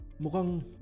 Mukang